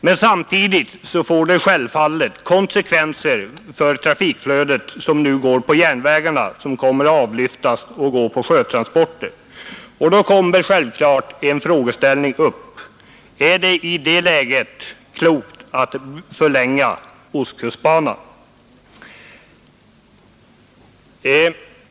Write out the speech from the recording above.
Men samtidigt får det självfallet konsekvenser för trafikflödet på järnvägarna vilket kommer att avlyftas och överföras till sjötransporter. Då kommer självfallet en frågeställning upp: Är det i det läget klokt att förlänga ostkustbanan?